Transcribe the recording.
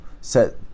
set